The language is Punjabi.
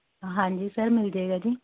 ਹਾਂਜੀ ਸਰ ਮਿਲ ਜਾਏਗਾ ਜੀ